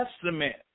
Testament